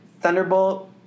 Thunderbolt